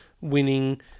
winning